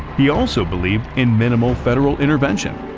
he also believed in minimal federal intervention,